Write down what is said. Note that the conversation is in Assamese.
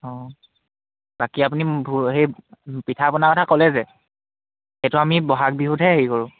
অঁ বাকী আপুনি সেই পিঠা পনা কথা ক'লে যে সেইটো আমি ব'হাগ বিহুতহে হেৰি কৰোঁ